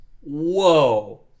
whoa